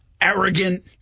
arrogant